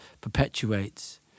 perpetuates